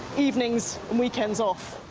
evenings and weekends off.